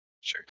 sure